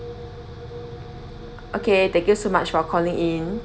okay thank you so much for calling in